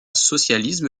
socialisme